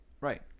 Right